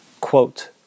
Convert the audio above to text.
quote